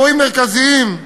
אירועים מרכזיים,